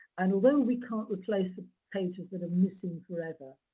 and although we can't replace the pages that are missing forever,